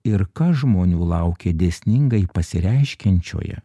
ir kas žmonių laukia dėsningai pasireiškiančioje